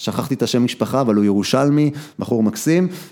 שכחתי את השם משפחה אבל הוא ירושלמי, בחור מקסים.